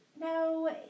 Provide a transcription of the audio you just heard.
No